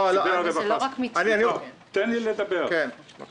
אין לנו את